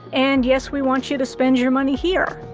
and yes, we want you to spend your money here.